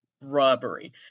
robbery